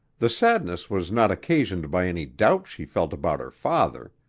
the sadness was not occasioned by any doubt she felt about her father.